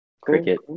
cricket